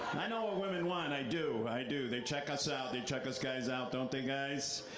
i know what women want, i do, i do. they check us out, they check us guys out, don't they, guys?